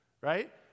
right